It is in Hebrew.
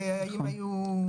נכון.